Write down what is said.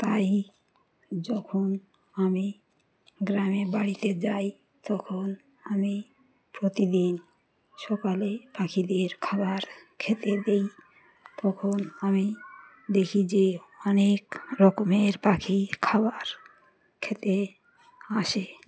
তাই যখন আমি গ্রামের বাড়িতে যাই তখন আমি প্রতিদিন সকালে পাখিদের খাবার খেতে দেই তখন আমি দেখি যে অনেক রকমের পাখি খাবার খেতে আসে